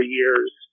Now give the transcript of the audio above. years